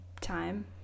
time